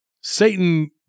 Satan